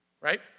Right